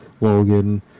Logan